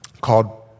called